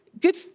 good